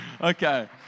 Okay